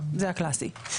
זה המקרה הקלאסי.